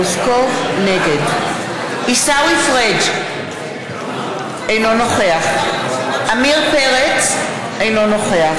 נגד עיסאווי פריג' אינו נוכח עמיר פרץ, אינו נוכח